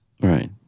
Right